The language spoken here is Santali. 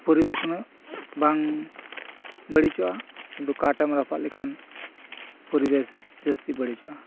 ᱯᱚᱨᱤᱵᱮᱥ ᱩᱱᱟᱹᱜ ᱵᱟᱝ ᱵᱟᱲᱤᱡᱚᱜᱼᱟ ᱠᱤᱱᱛᱩ ᱠᱟᱴ ᱮᱢ ᱨᱟᱯᱟᱜ ᱞᱮᱠᱷᱟᱱ ᱯᱚᱨᱤᱵᱮᱥ ᱡᱟᱥᱛᱤ ᱵᱟᱲᱤᱡᱚᱜᱼᱟ